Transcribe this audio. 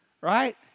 Right